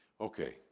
Okay